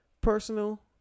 personal